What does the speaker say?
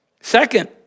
Second